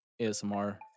ASMR